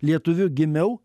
lietuviu gimiau